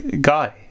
guy